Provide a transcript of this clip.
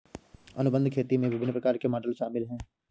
अनुबंध खेती में विभिन्न प्रकार के मॉडल शामिल हैं